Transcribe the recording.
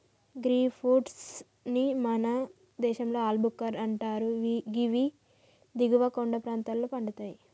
గీ fruit ని మన దేశంలో ఆల్ భుక్కర్ అంటరు గివి దిగువ కొండ ప్రాంతంలో పండుతయి